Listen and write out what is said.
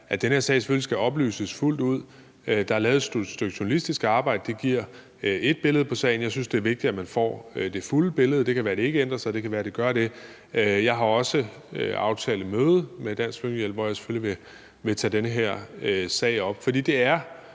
at den her sag selvfølgelig skal oplyses. Der er lavet et stykke journalistisk arbejde – det giver et billede af sagen. Jeg synes, det er vigtigt, at man får det fulde billede, og det kan være, at det ikke ændrer sig, og det kan være, at det gør det. Jeg har også aftalt et møde med Dansk Flygtningehjælp, hvor jeg selvfølgelig vil tage den her sag op, for det er